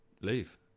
leave